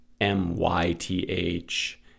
m-y-t-h